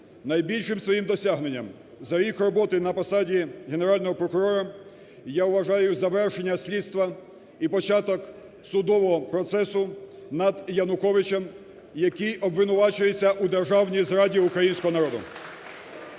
найбільшим своїм досягненням за рік роботи на посаді Генерального прокурора я вважаю завершення слідства і початок судового процесу над Януковичем, який обвинувачується у державній зраді українського народу.